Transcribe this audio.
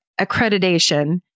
accreditation